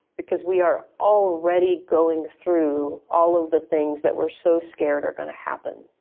because we are already going through all of the things that we are so scared are gonna happen.